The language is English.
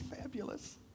fabulous